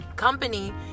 company